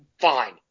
fine